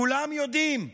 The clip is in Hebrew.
כולם יודעים,